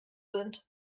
sind